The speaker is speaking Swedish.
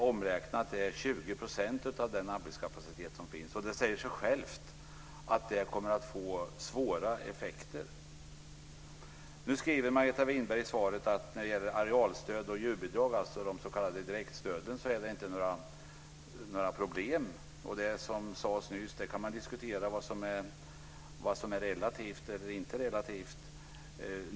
Omräknat är det 20 % av den arbetskapacitet som finns. Det säger sig självt att det kommer att få svåra effekter. Nu säger Margareta Winberg i svaret att det inte är några problem när det gäller arealstöd och djurbidrag - de s.k. direktstöden. Angående det som sades nyss så kan man ju diskutera vad som är relativt eller inte relativt.